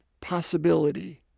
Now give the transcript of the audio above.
possibility